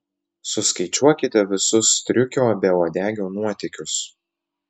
suskaičiuokite visus striukio beuodegio nuotykius